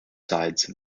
sides